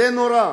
זה נורא.